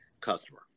customer